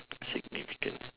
significant